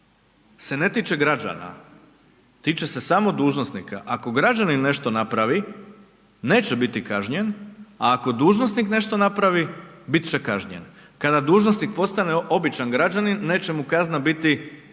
se ne tiče građana, tiče se samo dužnosnika. Ako građanin nešto napravi, neće biti kažnjen, a ako dužnosnik nešto napravi, bit će kažnjen. Kada dužnosnik postane običan građanin, neće mu kazna biti naplaćena